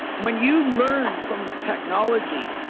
when you learn from the technology,